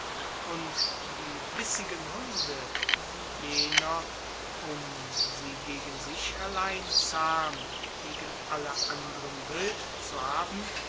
und die bissigen hunde die jener um sie gegen sich allein zahm gegen alle wild zu haben